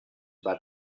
but